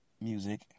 music